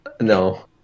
no